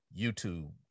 YouTube